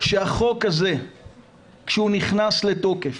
כשהחוק הזה נכנס לתוקף